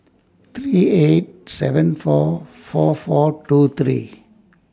three eight seven four four four two three